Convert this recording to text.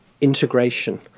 integration